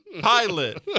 Pilot